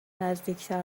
نزدیکتر